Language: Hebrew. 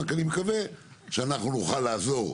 רק אני מקווה שאנחנו נוכל לעזור.